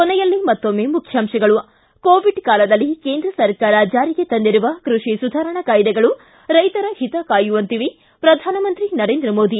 ಕೊನೆಯಲ್ಲಿ ಮತ್ತೊಮ್ಸೆ ಮುಖ್ಯಾಂಶಗಳು ಿ ಕೋವಿಡ್ ಕಾಲದಲ್ಲಿ ಕೇಂದ್ರ ಸರ್ಕಾರ ಜಾರಿಗೆ ತಂದಿರುವ ಕೈಷಿ ಸುಧಾರಣಾ ಕಾಯ್ನೆಗಳು ರೈತರ ಹಿತ ಕಾಯುವಂತಿವೆ ಪ್ರಧಾನಮಂತ್ರಿ ನರೇಂದ್ರ ಮೋದಿ